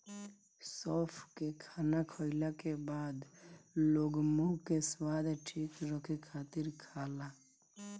सौंफ के खाना खाईला के बाद लोग मुंह के स्वाद ठीक रखे खातिर खाला